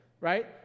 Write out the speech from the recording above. Right